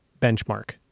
Benchmark